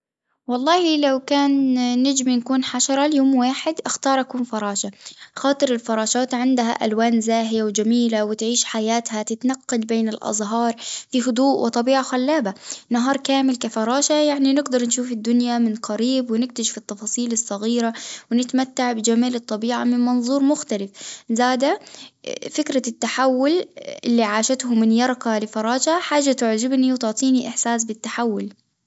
والله لو كان نجم نكون حشرة ليوم واحد أختار أكون فراشة، خاطر الفراشات عندها ألوان زاهية وجميلة وتعيش حياتها تتنقل بين الأزهار بهدوء وطبيعة خلابة، نهار كامل كفراشة يعني نقدر نشوف الدنيا من قريب ونكتشف التفاصيل الصغيرة ونتمتع بجمال الطبيعة من منظور مختلف، زادة فكرة التحول اللي عاشته من يرقة لفراشة حاجة تعجبني وتعطيني إحساس بالتحول.